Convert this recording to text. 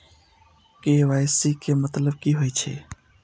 KYC के मतलब की होई छै?